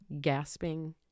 gasping